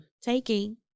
taking